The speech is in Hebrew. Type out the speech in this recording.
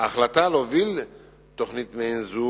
ההחלטה להוביל תוכנית מעין זו